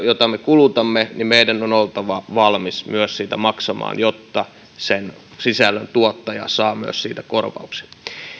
jota me kulutamme meidän on oltava valmiita myös maksamaan jotta sen sisällön tuottaja saa myös siitä korvauksen